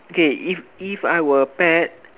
okay if if I were a pet